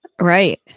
right